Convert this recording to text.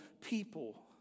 people